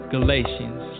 Galatians